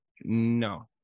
no